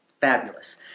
Fabulous